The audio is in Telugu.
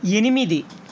ఎనిమిది